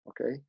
okay